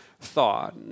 thought